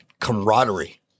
camaraderie